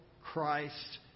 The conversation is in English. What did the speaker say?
Christ